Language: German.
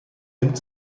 nimmt